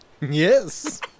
Yes